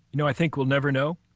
no, i think we'll never know.